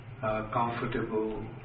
comfortable